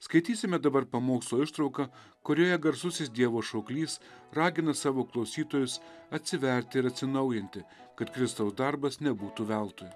skaitysime dabar pamokslo ištrauką kurioje garsusis dievo šauklys ragina savo klausytojus atsiverti ir atsinaujinti kad kristaus darbas nebūtų veltui